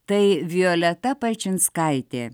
tai violeta palčinskaitė